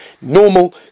normal